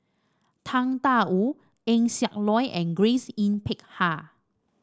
Tang Da Wu Eng Siak Loy and Grace Yin Peck Ha